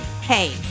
Hey